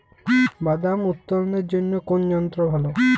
বাদাম উত্তোলনের জন্য কোন যন্ত্র ভালো?